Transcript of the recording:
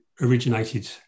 originated